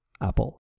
Apple